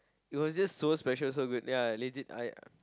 it was just so special so good that I lazy !aiya!